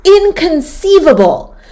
Inconceivable